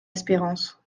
espérance